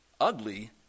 Ugly